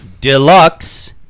deluxe